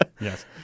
Yes